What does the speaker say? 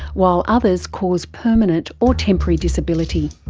while others cause permanent or temporary disability.